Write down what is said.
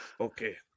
Okay